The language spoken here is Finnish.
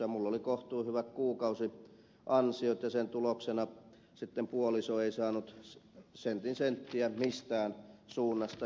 minulla oli kohtuuhyvät kuukausiansiot ja sen tuloksena puoliso ei sitten saanut sentin senttiä mistään suunnasta